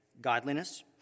Godliness